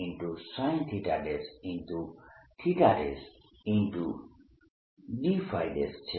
dsR2sinddϕ છે